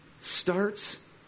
starts